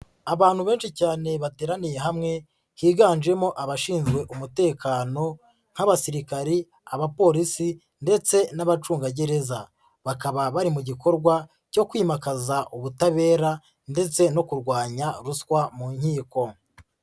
Abantu benshi cyane bateraniye hamwe higanjemo abashinzwe umutekano nk'abasirikari, abapolisi ndetse n'abacungagereza, bakaba bari mu gikorwa cyo kwimakaza ubutabera ndetse no kurwanya ruswa mu nkiko.